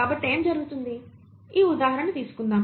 కాబట్టి ఏమి జరుగుతుంది ఈ ఉదాహరణ తీసుకుందాం